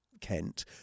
Kent